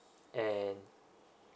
and